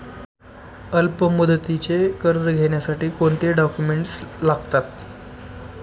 अल्पमुदतीचे कर्ज घेण्यासाठी कोणते डॉक्युमेंट्स लागतात?